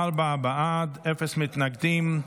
ארבעה בעד, אפס מתנגדים.